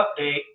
update